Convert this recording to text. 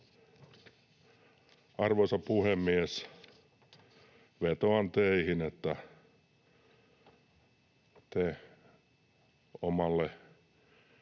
Arvoisa puhemies! Vetoan teihin, että te omalle